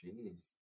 Jeez